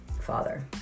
father